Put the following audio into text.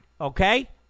okay